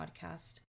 podcast